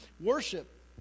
worship